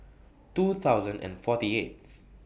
two thousand and forty eighth